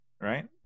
right